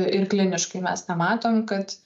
ir kliniškai mes nematom kad